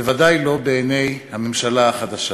בוודאי לא בעיני הממשלה החדשה.